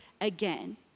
again